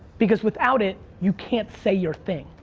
because without it, you can't say your thing.